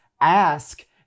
ask